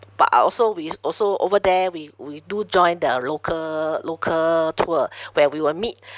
but I also we s~ also over there we we do join the local local tour where we will meet